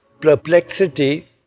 perplexity